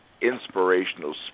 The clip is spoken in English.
inspirational